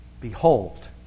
Behold